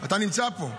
אתה נמצא פה,